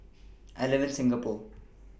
I live in Singapore